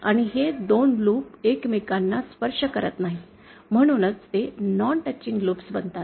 आणि हे 2 लूप एकमेकांना स्पर्श करत नाहीत म्हणून ते नॉन टचिंग लूप बनतात